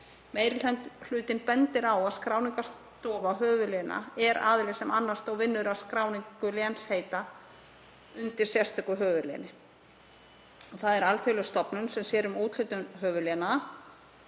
Meiri hlutinn bendir á að skráningarstofa höfuðléna er aðili sem annast og vinnur að skráningu lénsheita undir sérstöku höfuðléni. Það er alþjóðleg stofnun sem sér um úthlutun höfuðléna,